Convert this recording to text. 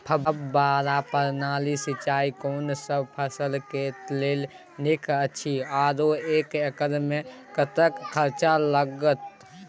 फब्बारा प्रणाली सिंचाई कोनसब फसल के लेल नीक अछि आरो एक एकर मे कतेक खर्च लागत?